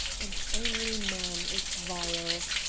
and only man is vile.